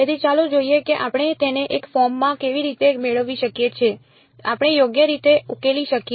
તેથી ચાલો જોઈએ કે આપણે તેને એક ફોર્મ માં કેવી રીતે મેળવી શકીએ જે આપણે યોગ્ય રીતે ઉકેલી શકીએ